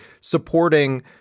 supporting